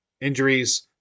Injuries